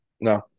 No